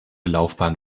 laufbahn